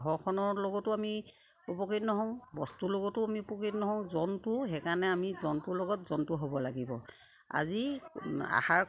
ঘৰখনৰ লগতো আমি উপকৃত নহওঁ বস্তুৰ লগতো আমি উপকৃত নহওঁ জন্তু সেইকাৰণে আমি জন্তুৰ লগত জন্তু হ'ব লাগিব আজি আহাৰ